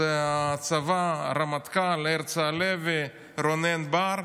זה הצבא, הרמטכ"ל הרצי הלוי, רונן בר.